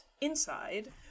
inside